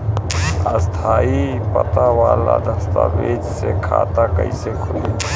स्थायी पता वाला दस्तावेज़ से खाता कैसे खुली?